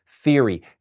theory